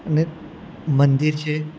ને મંદિર છે